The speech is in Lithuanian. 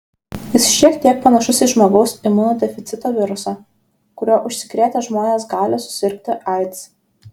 jis šiek tiek panašus į žmogaus imunodeficito virusą kuriuo užsikrėtę žmonės gali susirgti aids